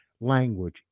language